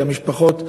כי המשפחות,